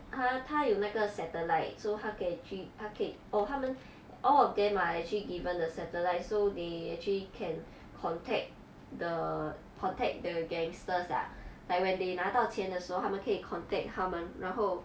ah 他有那个 satellite so 他可以去他可以 orh 他们 all of them are actually given the satellite so they actually can contact the contact the gangsters ah like when they 拿到钱的时候他们可以 contact 他们然后